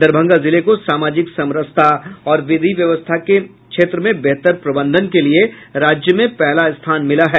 दरभंगा जिले को सामाजिक समरसता और विधि व्यवस्था के बेहतर प्रबंधन के लिये राज्य में पहला स्थान मिला है